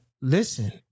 listen